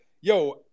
yo